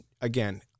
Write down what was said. again